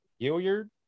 Gilliard